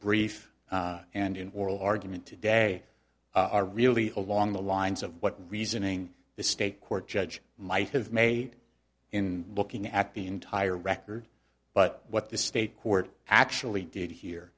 brief and in oral argument today are really along the lines of what reasoning the state court judge might have made in looking at the entire record but what the state court actually did here